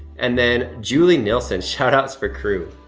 and then julie nielson, shout-outs for crew.